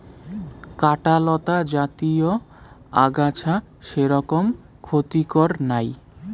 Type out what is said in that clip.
কাঁটালতা জাতীয় আগাছা সেরকম ক্ষতিকর নাই